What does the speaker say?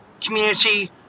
community